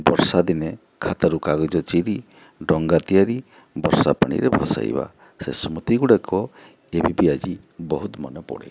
ବର୍ଷାଦିନେ ଖାତାରୁ କାଗଜ ଚିରି ଡଙ୍ଗା ତିଆରି ବର୍ଷା ପାଣିରେ ଭସାଇବା ସେ ସ୍ମୃତିଗୁଡ଼ିକ ଏବେବି ଆଜି ବହୁତ ମନେପଡ଼େ